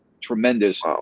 tremendous